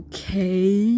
Okay